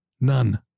None